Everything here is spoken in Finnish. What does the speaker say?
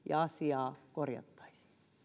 ja asiaa korjattaisiin